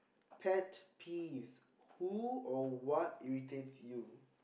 pet peeves who or what irritates you